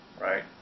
right